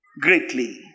greatly